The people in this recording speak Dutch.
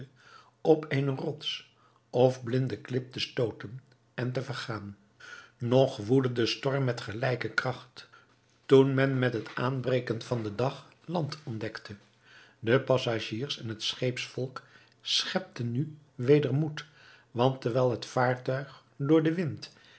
op eene rots of blinde klip te stooten en te vergaan nog woedde de storm met gelijke kracht toen men met het aanbreken van den dag land ontdekte de passagiers en het scheepsvolk schepten nu weder moed want terwijl het vaartuig door den wind